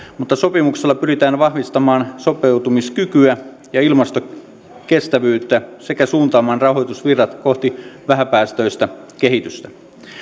mutta sopimuksella pyritään vahvistamaan sopeutumiskykyä ja ilmastokestävyyttä sekä suuntaamaan rahoitusvirrat kohti vähäpäästöistä kehitystä